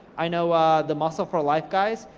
i know the muscle for life guys,